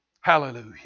Hallelujah